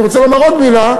ואני רוצה לומר עוד מילה.